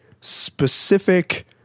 specific